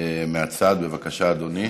בבקשה, אדוני.